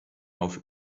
auf